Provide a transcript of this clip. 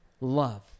love